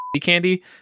candy